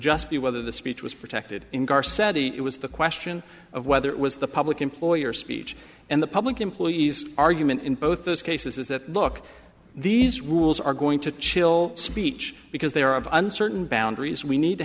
just be whether the speech was protected in car said it was the question of whether it was the public employer speech and the public employees argument in both those cases is that look these rules are going to chill speech because they are uncertain boundaries we need to